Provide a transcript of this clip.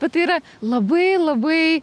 bet tai yra labai labai